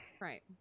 Right